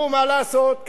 תלך לרופא.